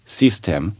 system